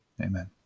Amen